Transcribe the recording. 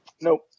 Nope